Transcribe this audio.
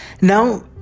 Now